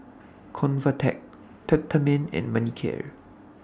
Convatec Peptamen and Manicare